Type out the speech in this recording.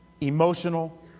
emotional